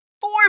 Four